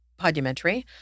podumentary